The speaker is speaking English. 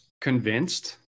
convinced